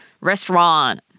restaurant